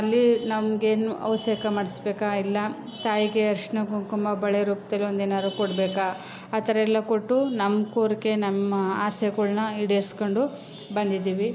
ಅಲ್ಲಿ ನಮಗೇನು ಅಭಿಷೇಕ ಮಾಡಿಸ್ಬೇಕಾ ಇಲ್ಲ ತಾಯಿಗೆ ಅರಶಿನ ಕುಂಕುಮ ಬಳೆ ರೂಪ್ದಲ್ಲಿ ಒಂದು ಏನಾದ್ರೂ ಕೊಡಬೇಕಾ ಆ ಥರ ಎಲ್ಲ ಕೊಟ್ಟು ನಮ್ಮ ಕೋರಿಕೆ ನಮ್ಮ ಆಸೆಗಳನ್ನ ಈಡೇರ್ಸ್ಕೊಂಡು ಬಂದಿದ್ದೀವಿ